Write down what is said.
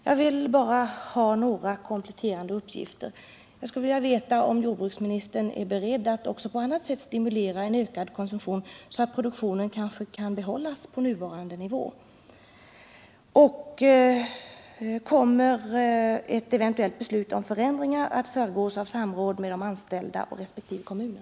Jag vill bara ha några kompletterande uppgifter: Är jordbruksministern beredd att också på annat sätt stimulera en ökad konsumtion, så att produktionen kanske kan behållas på nuvarande nivå? Och kommer ett eventuellt beslut om förändringar att föregås av samråd med de anställda och resp. kommuner?